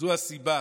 זו הסיבה